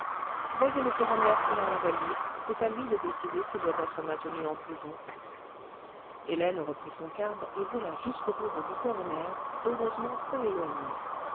voyez le coroner qui l'a envoyé c'est à lui de décider s'il doit être maintenu en prison hélène reprit son cab et vola jusqu'au bureau du coroner heureusement peu éloigné